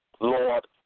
Lord